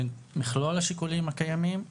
בין מכלול השיקולים הקיימים,